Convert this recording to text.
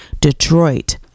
Detroit